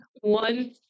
One